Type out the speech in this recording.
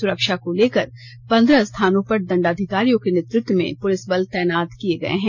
सुरक्षा को लेकर पंद्रह स्थानों पर दंडाधिकारीयों के नेतृत्व में पुलिस बल तैनात किया गया है